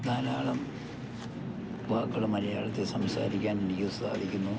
ധാരാളം വാക്കുകൾ മലയാളത്തിൽ സംസാരിക്കാൻ എനിക്ക് സാധിക്കുന്നു